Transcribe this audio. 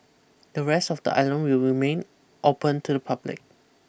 the rest of the island will remain open to the public